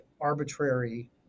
arbitrary